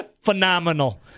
phenomenal